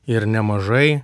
ir nemažai